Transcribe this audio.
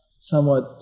somewhat